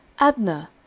abner,